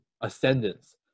ascendance